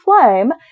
Flame